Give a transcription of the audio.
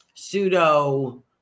pseudo